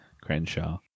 Crenshaw